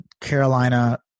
Carolina